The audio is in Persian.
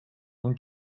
اون